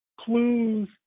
clues